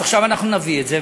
אז עכשיו אנחנו נביא את זה,